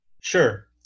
Sure